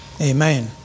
Amen